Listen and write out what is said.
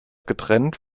getrennt